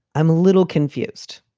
i'm a little confused.